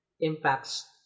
impacts